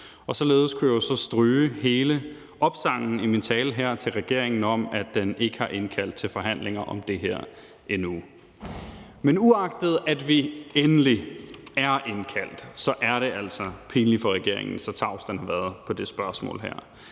Og således kunne jeg så stryge hele opsangen i min tale her til regeringen om, at den ikke har indkaldt til forhandlinger om det her endnu. Men uagtet at vi endelig er indkaldt, er det altså pinligt for regeringen, så tavs den har været om det spørgsmål her.